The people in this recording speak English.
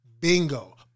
Bingo